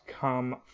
come